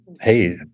hey